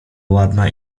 ładna